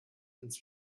ins